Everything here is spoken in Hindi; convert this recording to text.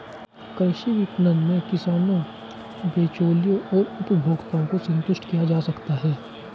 कृषि विपणन में किसानों, बिचौलियों और उपभोक्ताओं को संतुष्ट किया जा सकता है